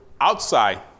outside